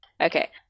Okay